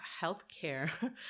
healthcare